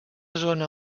zona